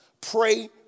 Pray